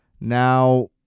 Now